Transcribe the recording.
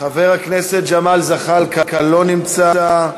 חבר הכנסת ג'מאל זחאלקה, לא נמצא,